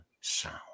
sound